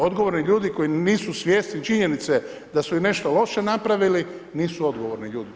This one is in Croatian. Odgovorni ljudi koji nisu svjesni činjenice da su i nešto loše napravili nisu odgovorni ljudi.